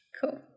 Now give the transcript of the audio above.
Cool